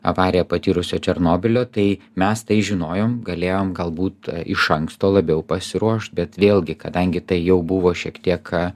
avariją patyrusio černobylio tai mes tai žinojom galėjom galbūt iš anksto labiau pasiruošt bet vėlgi kadangi tai jau buvo šiek tiek